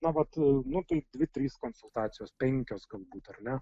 na vat nu tai dvi trys konsultacijos penkios galbūt ar ne